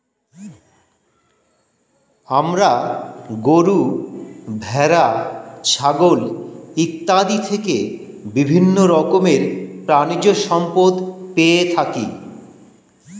আমরা গরু, ভেড়া, ছাগল ইত্যাদি থেকে বিভিন্ন রকমের প্রাণীজ সম্পদ পেয়ে থাকি